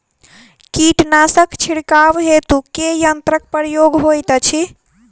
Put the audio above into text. कीटनासक छिड़काव हेतु केँ यंत्रक प्रयोग होइत अछि?